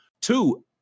two